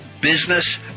Business